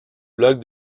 blog